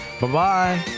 Bye-bye